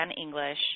English